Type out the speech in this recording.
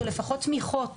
או לפחות תמיכות